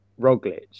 Roglic